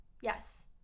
Yes